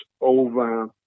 over